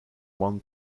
one